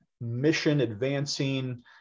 mission-advancing